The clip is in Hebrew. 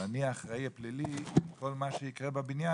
ואני האחראי הפלילי על כל מה שיקרה בבניין,